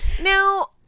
Now